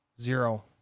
zero